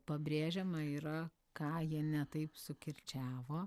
pabrėžiama yra ką jie ne taip sukirčiavo